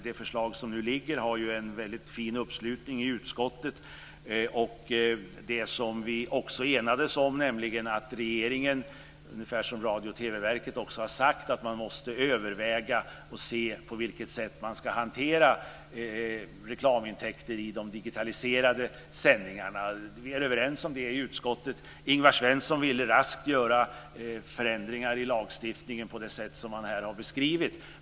Det förslag som nu finns har ju en väldigt fin uppslutning i utskottet. Vi enades också om att regeringen måste överväga och se på vilket sätt man ska hantera reklamintäkter i de digitaliserade sändningarna, ungefär som Radio och TV-verket också har sagt. Vi är överens om det i utskottet. Ingvar Svensson ville raskt göra förändringar i lagstiftningen på det sätt som han här har beskrivit.